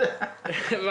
אנחנו צריכים ביטחון.